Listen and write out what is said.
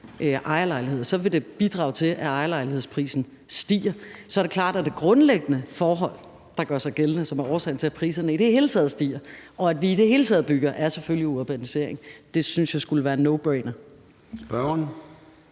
ejerlejligheder, så vil det bidrage til, at ejerlejlighedsprisen stiger. Så er det klart, at det grundlæggende forhold, der gør sig gældende, og som er årsagen til, at priserne i det hele taget stiger, og at vi i det hele taget bygger, selvfølgelig er urbaniseringen. Det synes jeg skulle være en nobrainer. Kl.